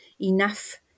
enough